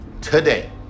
Today